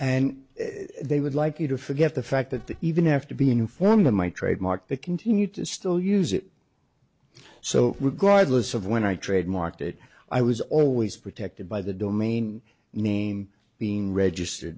and they would like you to forget the fact that even after being informed of my trademark they continue to still use it so regardless of when i trademarked it i was always protected by the domain name being registered